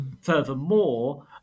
Furthermore